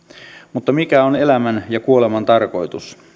mutta mikä on elämän ja kuoleman tarkoitus